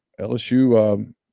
LSU